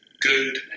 good